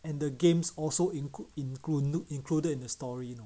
and the games also include include included in the story you know